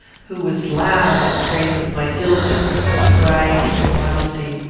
who was loud in praise of my diligence, sobriety, and modesty.